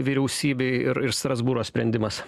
vyriausybei ir strasbūro sprendimas